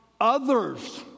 others